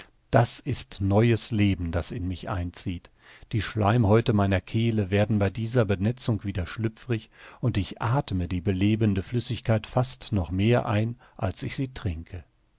das ist neues leben das in mich einzieht die schleimhäute meiner kehle werden bei dieser benetzung wieder schlüpfrig und ich athme die belebende flüssigkeit fast noch mehr ein als ich sie trinke